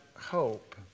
hope